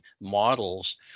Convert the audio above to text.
models